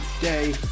day